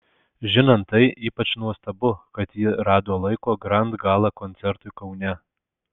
žinant tai ypač nuostabu kad ji rado laiko grand gala koncertui kaune